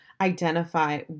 identify